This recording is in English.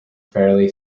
fairly